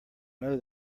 know